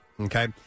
Okay